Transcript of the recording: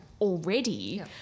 already